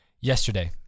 yesterday